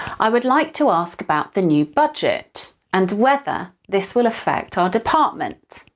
i would like to ask about the new budget and whether this will affect our department.